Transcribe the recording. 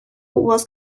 was